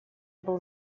был